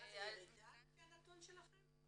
מה זה, ירידה לפי הנתון שלכם?